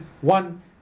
one